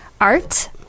art